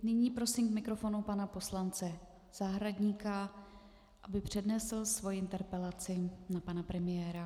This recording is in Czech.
Nyní prosím k mikrofonu pana poslance Zahradníka, aby přednesl svou interpelaci na pana premiéra.